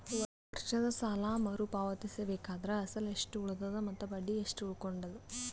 ವರ್ಷದ ಸಾಲಾ ಮರು ಪಾವತಿಸಬೇಕಾದರ ಅಸಲ ಎಷ್ಟ ಉಳದದ ಮತ್ತ ಬಡ್ಡಿ ಎಷ್ಟ ಉಳಕೊಂಡದ?